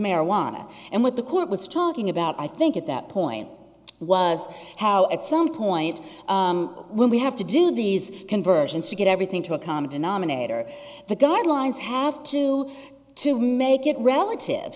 marijuana and what the court was talking about i think at that point was how at some point when we have to do these conversions to get everything to accommodate nominator the guidelines have to to make it relative